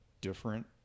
different